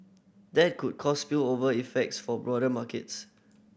that could cause spillover effects for broader markets